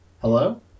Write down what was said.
Hello